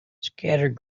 scattered